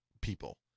people